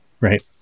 right